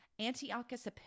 Antiochus